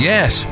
Yes